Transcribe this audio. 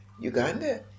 Uganda